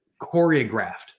choreographed